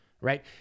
right